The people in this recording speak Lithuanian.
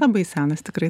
labai senas tikrai